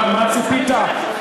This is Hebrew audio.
למה ציפית?